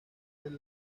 del